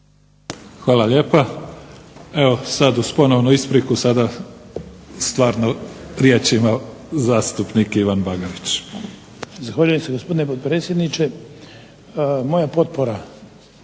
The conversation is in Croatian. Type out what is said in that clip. Hvala lijepa. Evo sad uz ponovnu ispriku sada stvarno riječ ima zastupnik Ivan Bagarić. **Bagarić, Ivan (HDZ)** Zahvaljujem se gospodine potpredsjedniče. Moja potpora